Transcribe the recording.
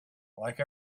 like